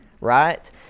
right